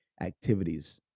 activities